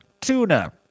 tuna